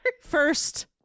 First